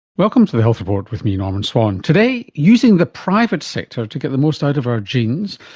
welcome to the health report with me, norman swan. today, using the private sector to get the most out of our genes,